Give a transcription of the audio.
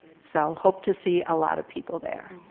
so, hope to see a lot of people there.